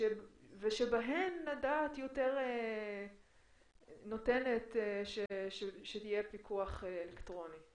ושבהן הדעת יותר נותנת שיהיה פיקוח אלקטרוני,